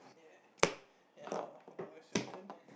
ya ya how about is your turn